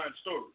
story